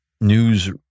news